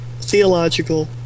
theological